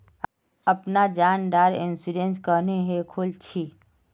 अपना जान डार इंश्योरेंस क्नेहे खोल छी?